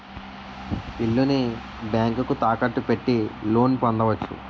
ఇల్లుని బ్యాంకుకు తాకట్టు పెట్టి లోన్ పొందవచ్చు